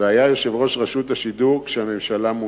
והיה יושב-ראש רשות השידור כשהממשלה מונתה.